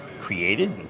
created